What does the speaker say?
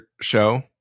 show